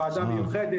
סמיח,